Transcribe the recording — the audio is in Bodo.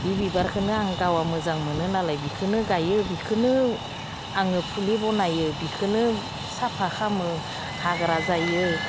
बे बिबारखौनो आं गावहा मोजां मोनो नालाय बेखौनो गायो बेखौनो आङो फुलि बानायो बेखौनो साफा खालामो हाग्रा जायो